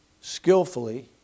skillfully